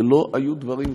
ולא היו דברים כאלה.